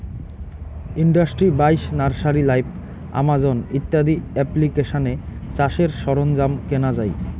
industry বাইশ, nursery live, Amazon ইত্যাদি এপ্লিকেশানে চাষের সরঞ্জাম কেনা যাই